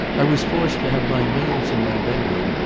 i was forced to have my meals in my bedroom,